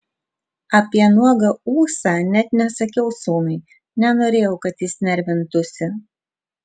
apie nuogą ūsą net nesakiau sūnui nenorėjau kad jis nervintųsi